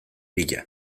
bila